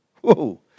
Whoa